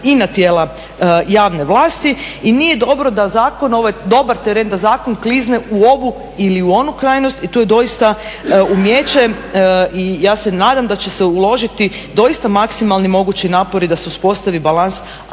i na tijela javne vlasti. I nije dobro da zakon, ovo je dobar teren da zakon klizne u ovu ili u onu krajnost, i tu je doista umijeće i ja se nadam da će se uložiti doista maksimalni mogući napori da se uspostavi balans, a što